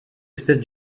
espèce